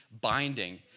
binding